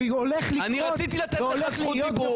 אני רציתי לתת לך זכות דיבור.